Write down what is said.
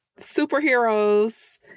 superheroes